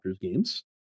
games